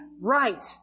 right